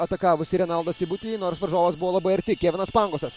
atakavusį renaldą seibutis nors varžovas buvo labai arti kevinas pangosas